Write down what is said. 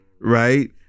right